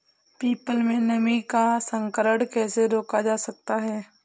People में नीम का संकरण कैसे रोका जा सकता है?